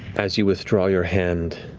as you withdraw your hand